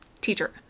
Teacher